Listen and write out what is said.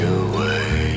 away